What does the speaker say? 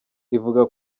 ivuga